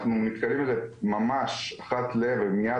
אנחנו נתקלים בזה ממש אחת לזמן ממושך